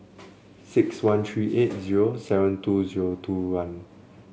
six one three eight zero seven two zero two one